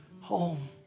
home